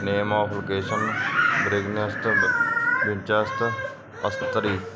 name of location ਪਰਿਗਨਿਸਟਰੀ ਅਸਤਰੀ